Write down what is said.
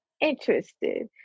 interested